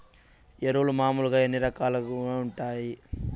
ఎరువులు మామూలుగా ఎన్ని రకాలుగా వుంటాయి?